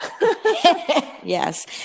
yes